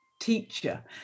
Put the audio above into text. teacher